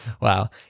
Wow